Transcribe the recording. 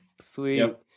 Sweet